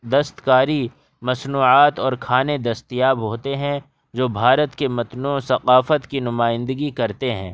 دستکاری مصنوعات اور کھانے دستیاب ہوتے ہیں جو بھارت کے متنوع ثقافت کی نمائندگی کرتے ہیں